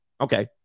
okay